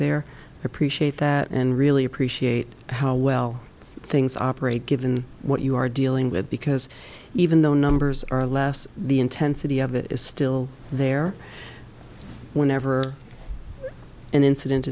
there appreciate that and really appreciate how well things operate given what you are dealing with because even though numbers are less the intensity of it is still there whenever an incident